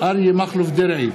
אריה מכלוף דרעי,